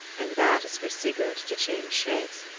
and that is for sigurd to change shapes,